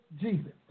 Jesus